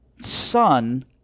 son